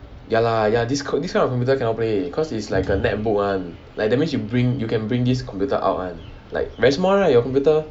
ya lah ya this kind this kind of computer cannot play cause it's like a netbook one like that means you bring you can bring this computer out [one] like very small right your computer